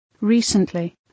Recently